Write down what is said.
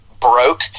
broke